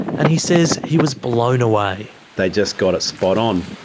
and he says he was blown away. they just got it spot on,